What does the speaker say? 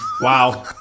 Wow